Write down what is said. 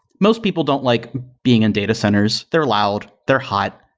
most people don't like being in data centers. they're loud. they're hot.